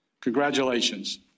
Congratulations